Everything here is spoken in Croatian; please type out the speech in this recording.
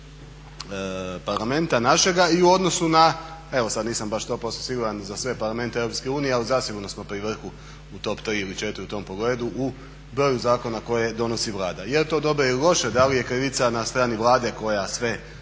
Parlamenta našega i u odnosu na, evo sada nisam baš 100% siguran i za sve parlamente Europske unije ali zasigurno smo pri vrhu u top 3 ili 4 u tom pogledu u broju zakona koje donosi Vlada. Je li to dobro ili loše, da li je krivica na strani Vlade koja sve